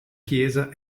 chiesa